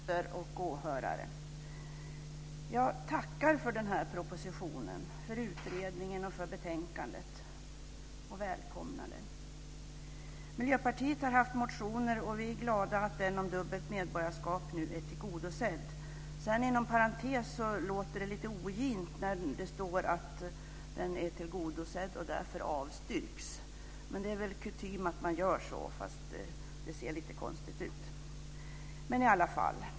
Fru talman! Kamrater och åhörare! Jag tackar för den här propositionen, för utredningen och betänkandet, och jag välkomnar dem. Miljöpartiet har haft motioner och vi är glada för att den om dubbelt medborgarskap nu är tillgodosedd. Inom parentes sagt låter det lite ogint när det står att den är tillgodosedd och därför avstyrks. Det är väl kutym att man gör så, men det ser lite konstigt ut.